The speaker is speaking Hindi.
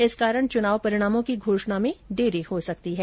इस कारण चुनाव परिणामों की घोषणा में देरी हो सकती है